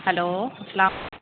hello السلام